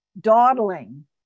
dawdling